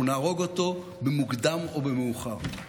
אנחנו נהרוג אותו במוקדם או במאוחר.